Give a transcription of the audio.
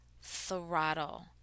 throttle